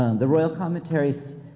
um the royal commentaries